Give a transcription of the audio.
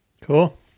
cool